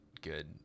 good